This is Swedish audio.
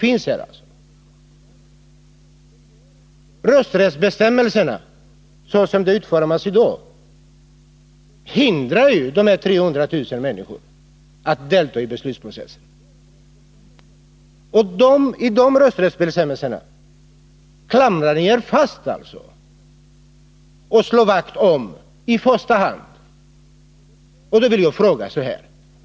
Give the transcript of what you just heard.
Rösträttsbestämmelserna, såsom de i dag är utformade, hindrar dessa 300 000 människor från att delta i beslutsprocessen. Och vid de rösträttsbestämmelserna klamrar ni er alltså fast och slår vakt om dem i första hand.